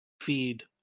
feed